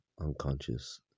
unconscious